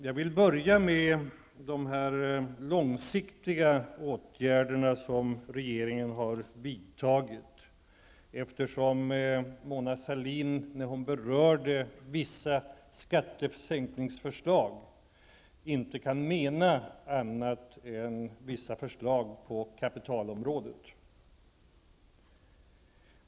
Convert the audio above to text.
Jag vill börja med de långsiktiga åtgärder som regeringen har vidtagit, eftersom Mona Sahlin när hon berörde vissa skattesänkningsförslag inte kunde mena andra än vissa förslag på kapitalområdet.